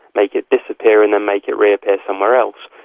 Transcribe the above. make it disappear and then make it reappear somewhere else,